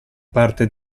parte